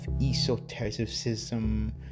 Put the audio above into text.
esotericism